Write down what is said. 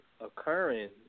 occurring